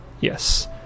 Yes